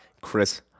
Chris